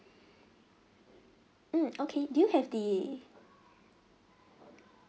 mm okay do you have the